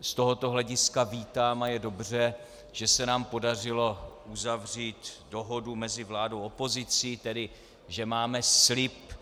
Z tohoto hlediska vítám a je dobře, že se nám podařilo uzavřít dohodu mezi vládou a opozicí, tedy že máme slib,